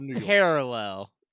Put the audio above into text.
parallel